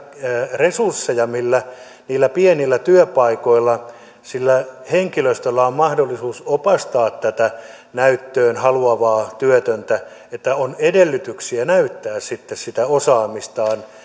resursseja millä niillä pienillä työpaikoilla sillä henkilöstöllä on mahdollisuus opastaa tätä näyttöön haluavaa työtöntä että on edellytyksiä näyttää sitten sitä osaamistaan